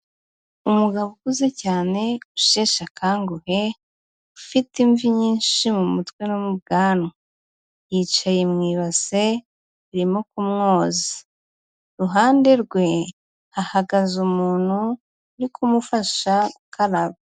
Umugabo ukuze cyane usheshe akanguhe, ufite imvi nyinshi mu mutwe no mu bwanwa. Yicaye mu ibase barimo kumwoza. Iruhande rwe hahagaze umuntu uri kumufasha gukaraba.